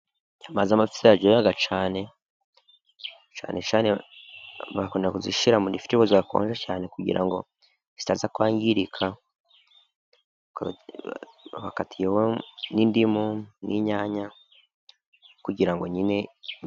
Inyama z'amafi ziraryoga cyane, cyane cyane bakunda kuzishyira muri firigo zakonje cyane kugirango zitaza kwangirikaka, bakatiyeho nyine n'indimu n'inyanya kugira ngo nyine.....